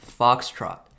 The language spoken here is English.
foxtrot